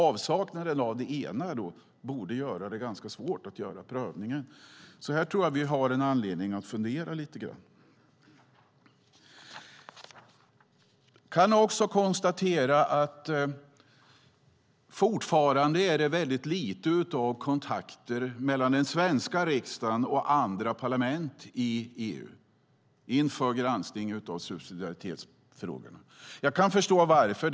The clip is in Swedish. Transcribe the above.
Avsaknaden av det ena borde göra det ganska svårt att göra prövningen. Här tror jag alltså att vi har anledning att fundera lite grann. Jag kan konstatera att det fortfarande inför granskningen av subsidiaritetsfrågorna är väldigt lite kontakt mellan den svenska riksdagen och andra parlament i EU. Jag kan förstå varför.